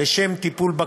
לשם טיפול בקטין,